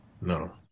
No